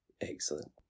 excellent